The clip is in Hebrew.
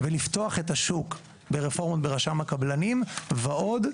ולפתוח את השוק ברפורמה ברשם הקבלנים ועוד,